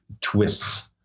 twists